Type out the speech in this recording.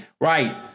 Right